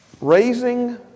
Raising